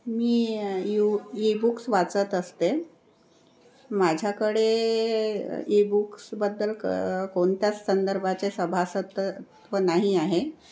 मी यू e books वाचत असते माझ्याकडे ई बुक्सबद्दल क कोणत्याच संदर्भाचे सभासदत्व नाही आहे